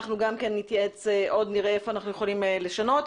אנחנו גם נתייעץ ונראה היכן אנחנו יכולים לשנות.